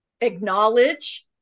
acknowledge